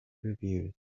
reviews